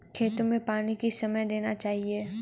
खेतों में पानी किस समय देना चाहिए?